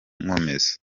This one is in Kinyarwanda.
nkomeza